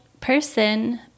person